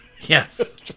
Yes